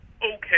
okay